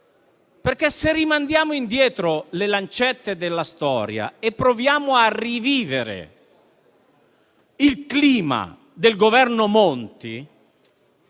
Se rimandiamo indietro le lancette della storia e proviamo a rivivere il clima del Governo Monti,